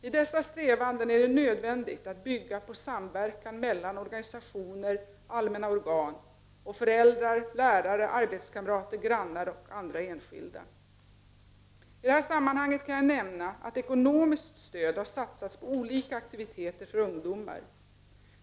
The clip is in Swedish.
I dessa strävanden är det nödvändigt att bygga på samverkan mellan organisationer, allmänna organ och föräldrar, lärare, arbetskamrater, grannar och andra enskilda. I det här sammanhanget kan jag nämna att ekonomiskt stöd har satsats på olika aktiviteter för ungdomar.